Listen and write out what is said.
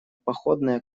походная